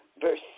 Verse